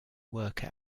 worker